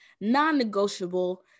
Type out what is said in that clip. non-negotiable